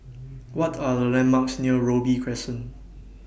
What Are The landmarks near Robey Crescent